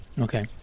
Okay